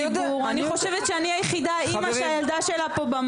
אני רוצה להגיד שלוש נקודות קצרות.